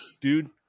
dude